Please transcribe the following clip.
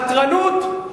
חתרנות,